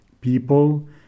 People